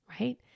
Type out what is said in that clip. right